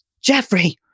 Jeffrey